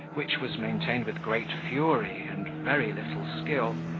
which was maintained with great fury, and very little skill,